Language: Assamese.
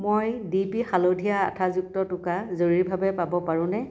মই ডি পি হালধীয়া আঠাযুক্ত টোকা জৰুৰীভাৱে পাব পাৰোঁনে